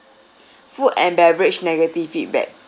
food and beverage negative feedback